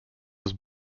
was